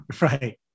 right